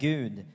Gud